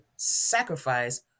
sacrifice